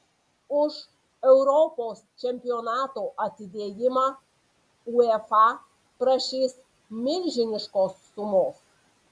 už europos čempionato atidėjimą uefa prašys milžiniškos sumos